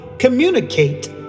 Communicate